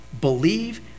believe